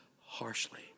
harshly